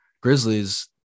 Grizzlies